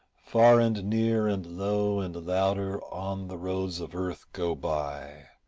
far and near and low and louder on the roads of earth go by,